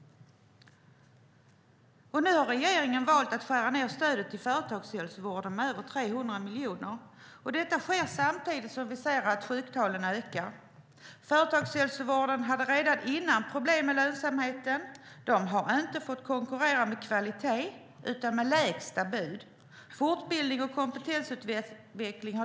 Nu har regeringen valt att skära ned stödet till företagshälsovården med över 300 miljoner, och detta sker samtidigt som vi ser att sjuktalen ökar. Företagshälsovården hade redan tidigare problem med lönsamheten. Man har inte fått konkurrera med kvalitet utan med lägsta bud. Det har därför blivit mindre fortbildning och kompetensutveckling.